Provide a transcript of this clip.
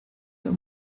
the